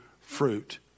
fruit